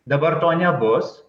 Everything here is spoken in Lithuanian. dabar to nebus